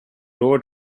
lower